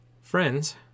Friends